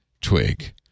twig